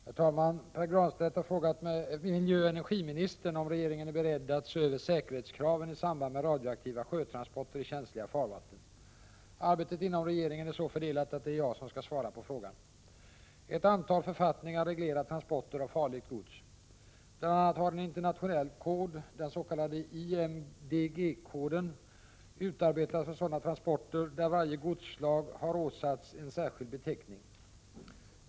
Herr talman! Pär Granstedt har frågat miljöoch energiministern om regeringen är beredd att se över säkerhetskraven i samband med radioaktiva sjötransporter i känsliga farvatten. Arbetet inom regeringen är så fördelat att det är jag som skall svara på frågan. Ett antal författningar reglerar transporter av farligt gods. Bland annat har en internationell kod, den s.k. IMDG-koden, utarbetats för sådana transporter där varje godsslag har åsatts en särskild beteckning.